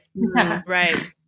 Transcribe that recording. Right